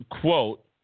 quote